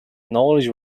knowledge